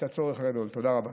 תודה רבה.